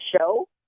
show